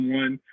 one